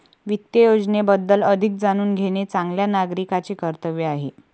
वित्त योजनेबद्दल अधिक जाणून घेणे चांगल्या नागरिकाचे कर्तव्य आहे